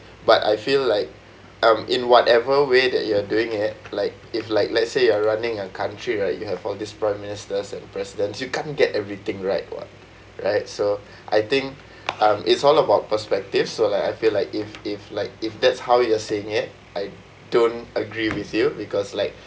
but I feel like um in whatever way that you are doing it like if like let's say you are running a country right you have all these prime ministers and presidents you can't get everything right what right so I think um it's all about perspective so like I feel like if if like if that's how you're saying it I don't agree with you because like